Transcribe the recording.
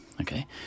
okay